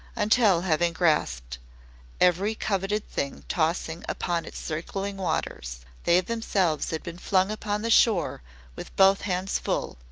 until having grasped every coveted thing tossing upon its circling waters, they themselves had been flung upon the shore with both hands full,